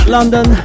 London